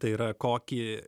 tai yra kokį